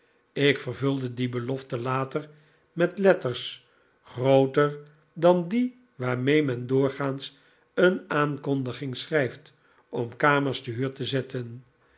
ik vervulde die belofte later met letters grooter dan die waarmee men doorgaans een aankondiging schrijft om kamers te huur te zetten